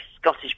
Scottish